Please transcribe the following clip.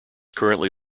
currently